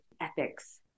ethics